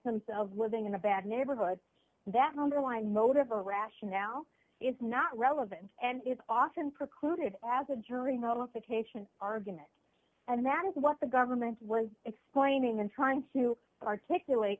themselves living in a bad neighborhood that underlying motive a rationale is not relevant and is often precluded as a jury nullification argument and that is what the government was explaining and trying to articulate